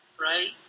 right